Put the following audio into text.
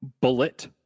Bullet